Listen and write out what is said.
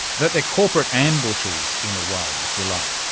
that they are corporate ambushers in a way, if you like.